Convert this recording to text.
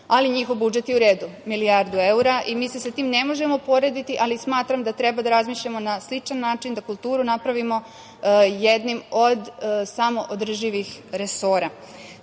ali njihov budžet je uredu, milijardu evra i mi se sa tim ne možemo porediti, ali smatram da treba da razmišljamo na sličan način da kulturu napravimo jednim od samoodrživih resora. Sve